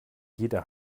jeder